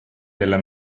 della